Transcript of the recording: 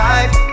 Life